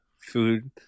food